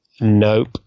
Nope